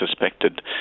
suspected